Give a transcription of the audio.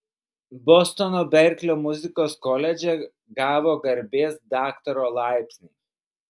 bostono berklio muzikos koledže gavo garbės daktaro laipsnį